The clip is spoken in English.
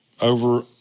over